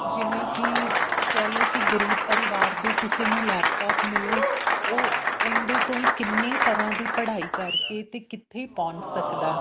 ਜਿਵੇਂ ਕਿ ਕਹਿ ਲਓ ਕੀ ਗਰੀਬ ਪਰਿਵਾਰ ਦੇ ਕਿਸੇ ਨੂੰ ਲੈਪਟੋਪ ਮਿਲੇ ਉਹ ਉਹਦੇ ਤੋਂ ਹੀ ਕਿੰਨੇ ਤਰ੍ਹਾਂ ਦੀ ਪੜ੍ਹਾਈ ਕਰਕੇ ਅਤੇ ਕਿੱਥੇ ਪਹੁੰਚ ਸਕਦਾ